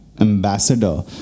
ambassador